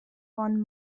von